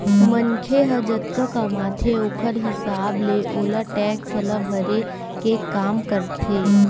मनखे ह जतका कमाथे ओखर हिसाब ले ओहा टेक्स ल भरे के काम करथे